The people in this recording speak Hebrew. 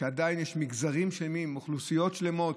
כשעדיין יש מגזרים שלמים, אוכלוסיות שלמות,